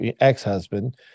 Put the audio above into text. ex-husband